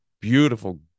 beautiful